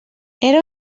era